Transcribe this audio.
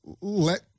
let